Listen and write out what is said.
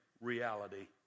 reality